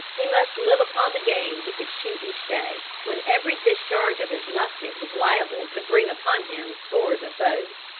he must live upon the game he could shoot each day, when every discharge of his musket was liable to bring upon him scores of foes.